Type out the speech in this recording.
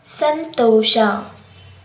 ಸಂತೋಷ